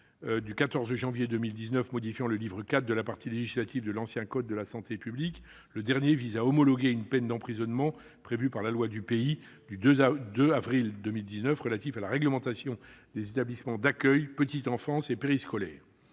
du 14 janvier 2019 modifiant le livre IV de la partie législative de l'ancien code de la santé publique. Le dernier vise à homologuer une peine d'emprisonnement prévue par la loi du pays du 2 avril 2019 relative à la réglementation des établissements d'accueil petite enfance et périscolaire.